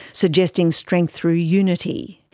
suggesting strength through unity.